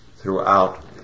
throughout